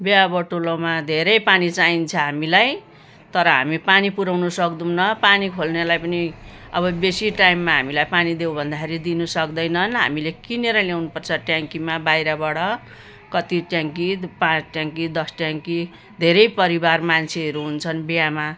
बिहाबटुलोमा धेरै पानी चाहिन्छ हामीलाई तर हामी पानी पुर्याउनु सक्दैनौ पानी खोल्नेलाई पनि अब बेसी टाइममा हामीलाई पानी देऊ भन्दाखेरि दिनसक्दैनन् हामीले किनेर ल्याउनुपर्छ ट्याङ्कीमा बाहिरबाट कति ट्याङ्की पाँच ट्याङ्की दस ट्याङ्की धेरै परिवार मान्छेहरू हुन्छन् बिहामा